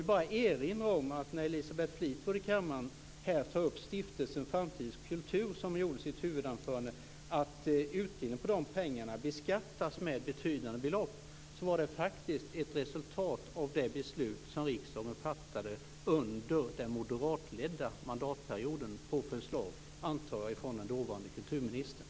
Elisabeth Fleetwood tog här i kammaren i sitt huvudanförande upp Stiftelsen framtidens kultur men jag vill erinra om att utdelningen beträffande de pengarna beskattas med betydande belopp, något som faktiskt är resultatet av det beslut som riksdagen fattade under den moderatledda perioden, antagligen på förslag av den dåvarande kulturministern.